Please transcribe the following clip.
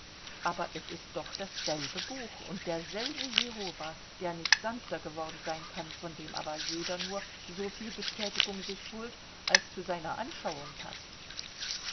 aber es ist doch dasselbe buch und derselbe jehova der nicht sanfter geworden sein kann von dem aber jeder nur so viel bestätigung sich holt als zu seiner anschauung paßt